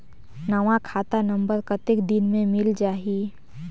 नवा खाता नंबर कतेक दिन मे मिल जाही?